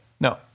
No